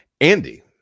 Andy